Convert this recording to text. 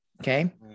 okay